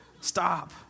stop